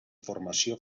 formació